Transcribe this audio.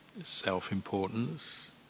self-importance